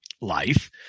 life